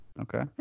Okay